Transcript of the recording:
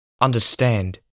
understand